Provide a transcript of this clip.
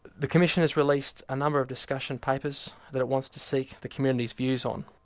the commission has released a number of discussion papers that it wants to seek the community's views on.